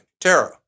Tara